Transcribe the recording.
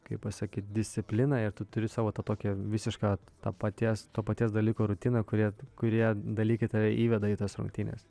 kaip pasakyt discipliną ir tu turi savo tą tokią visišką to paties to paties dalyko rutiną kuri kurie dalykai tave įveda į tas rungtynes